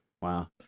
Wow